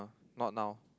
not now